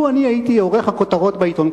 לו אני הייתי עורך הכותרות בעיתון,